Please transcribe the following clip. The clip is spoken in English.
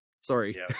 Sorry